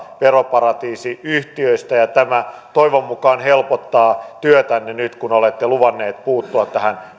veroparatiisiyhtiöistä ja tämä toivon mukaan helpottaa työtänne nyt kun olette luvanneet puuttua